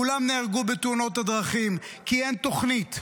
כולם נהרגו בתאונות הדרכים, כי אין תוכנית.